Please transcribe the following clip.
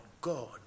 God